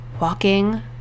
walking